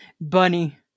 Bunny